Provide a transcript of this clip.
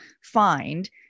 find